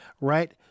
right